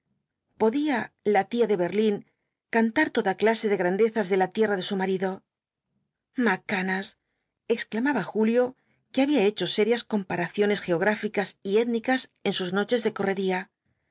podía la tía de berlín cantar toda clase de grandezas de la tierra de su marido macanas exclamaba julio que había hecho serias comparaciones geográficas y étnicas en sus noches de correría